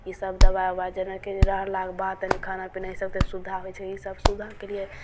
ई सभ दबाइ उबाइ जेनाकी रहलाक बाद तनि खाना पीना ई सभ तऽ सुविधा होइ छै ई सभ सुविधा के लिए